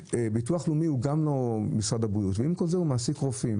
ביטוח לאומי הוא גם לא משרד הבריאות ועם כל זה הוא מעסיק רופאים.